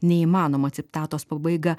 neįmanoma citatos pabaiga